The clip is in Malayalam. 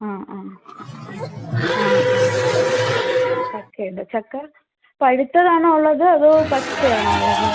ആ ആ ആ ആ ചക്കയുണ്ട് ചക്ക പഴുത്തതാണോ ഉള്ളത് അതോ പച്ചയാണോ ഉള്ളത്